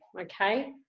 Okay